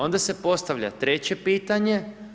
Onda se postavlja treće pitanje.